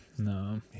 No